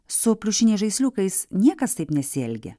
su pliušiniais žaisliukais niekas taip nesielgia